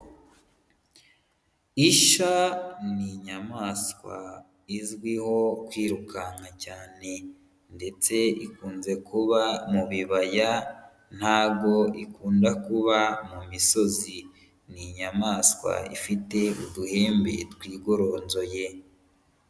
Isha ni inyamaswa izwiho kwirukanka cyane ndetse ikunze kuba mu bibaya, ntago ikunda kuba mu misozi, ni inyamaswa ifite uduhembe twigororonzoye.